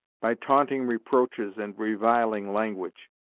by taunting reproaches and reviling language,